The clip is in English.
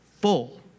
full